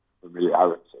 familiarity